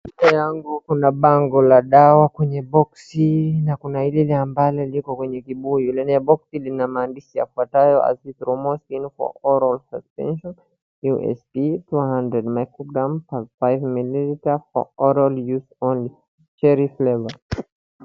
Mbele yangu kuna bango ya dawa kwenye boksi na kuna ile ambalo liko kwenye kibuyu, ndani ya boksi lina maandishi yafuatayo azithromycin for oral suspension usp,200 mg per 5ml for oral use only, cherry flavour .